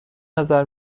نظر